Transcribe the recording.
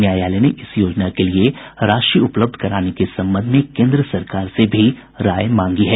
न्यायालय ने इस योजना के लिए राशि उपलब्ध कराने के संबंध में केन्द्र सरकार से भी राय मांगी है